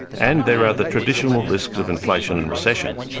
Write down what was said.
and there are the traditional risks of inflation and recession.